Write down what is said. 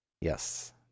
Yes